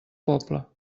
poble